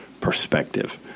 perspective